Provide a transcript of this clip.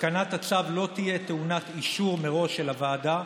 התקנת הצו לא תהיה טעונת אישור מראש של הוועדה,